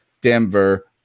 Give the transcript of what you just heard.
Denver